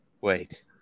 Wait